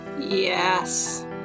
Yes